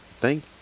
Thank